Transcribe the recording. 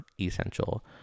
essential